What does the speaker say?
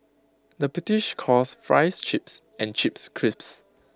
the British calls Fries Chips and chips crips